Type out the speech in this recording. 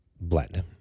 blend